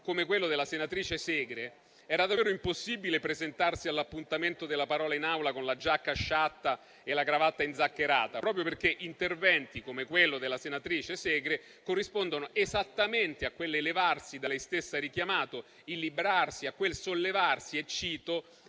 come quello della senatrice Segre, era davvero impossibile presentarsi all'appuntamento della parola in Aula con la giacca sciatta e la cravatta inzaccherata, proprio perché interventi come quello della senatrice Segre corrispondono esattamente a quell'elevarsi da lei stessa richiamato, a quel librarsi, quel sollevarsi - cito